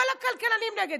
כל הכלכלנים נגד,